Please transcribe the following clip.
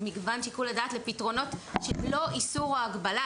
מגוון שיקול הדעת לפתרונות של לא איסור או הגבלה,